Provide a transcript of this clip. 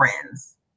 friends